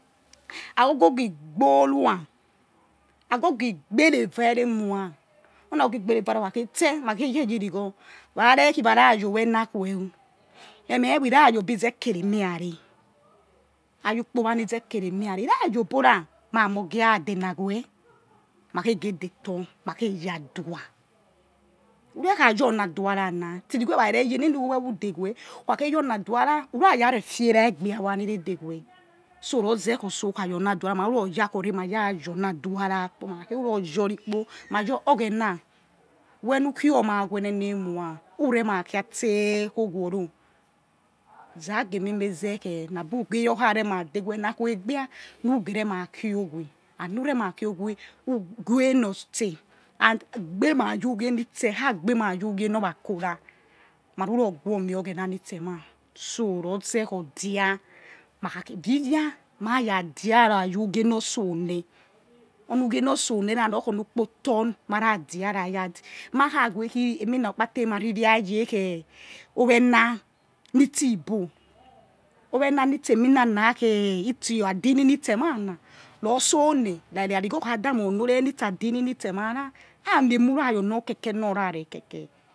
Ago gi igborua ago gi igbereva eremua oni ago gi igbere eva okhakhe tse ma kho he khe yi irigho wa re khi wa ra yiowena aque o meme hor he ra yi obizakeri emirare ayi obora vha mo geh ra denaweh ma khe ghe detor ma khe ya adua ye kha yieh oni adua ra na tse irigho era re re yi ne nu weh weh who de rwe who kha khe yieh ona adua ra ra who ra ra re fie ra egbe awo anire dewe so ro zeh otso ha yi oni aduwa ra ma ru ror yakhorr mara your ri kpo ma your oghena weh nu khioma owe enenema who re ma khi tse eh oweroroh zage mi eh meze khe na bu ghe rema dewe na akhuwe egbia nu geh rema khiowe and nu re ma khiowwe owe notse and gbemah your ughie nitse ha gbemah you aghie nor ra quora ma ruruh guo or mi oggena nitsema so ruzeh or dia ma kha vi via ma ra your ughie nor so neh or nu ughie nor so neh ra rukḣi oni ukpotor na ra dia ra yeh and ma khawe khi emina rokpate mararivia ye khe khei owena nitsi igbo owena nitseh emi nana khe itse adini nitsema na ror otsoneh arigho okhada moni ore nitsi adini nitse ma rah amiemurayour nor keke nor ra re ke ke